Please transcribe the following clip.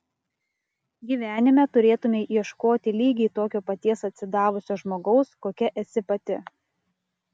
gyvenime turėtumei ieškoti lygiai tokio paties atsidavusio žmogaus kokia esi pati